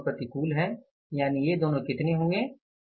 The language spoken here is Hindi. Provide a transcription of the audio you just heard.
ये दोनों प्रतिकूल हैं यानि ये दोनों कितने हुए